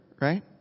right